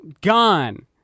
Gone